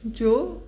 जो